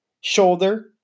shoulder